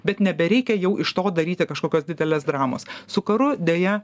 bet nebereikia jau iš to daryti kažkokios didelės dramos su karu deja